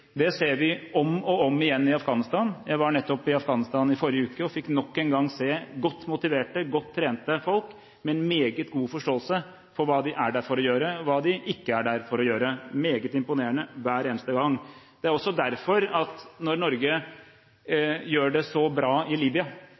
Det ser vi om og om igjen i Afghanistan. Jeg var nettopp i Afghanistan i forrige uke og fikk nok en gang se godt motiverte og godt trente folk med en meget god forståelse for hva de er der for å gjøre, og hva de ikke er der for å gjøre – meget imponerende hver eneste gang. Når Norge gjør det så bra i